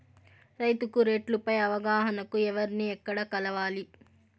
రైతుకు రేట్లు పై అవగాహనకు ఎవర్ని ఎక్కడ కలవాలి?